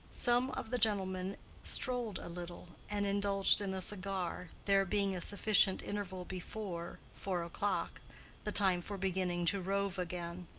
some of the gentlemen strolled a little and indulged in a cigar, there being a sufficient interval before four o'clock the time for beginning to rove again.